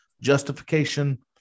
justification